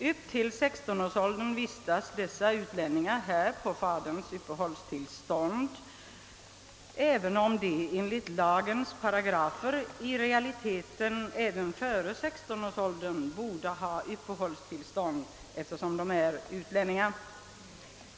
Upp till 16 årsåldern vistas dessa »utlänningar» här på faderns uppehållstillstånd, även om de enligt lagens paragrafer i realiteten även före uppnådda 16 års ålder borde ha uppehållstillstånd, eftersom de är utlänningar.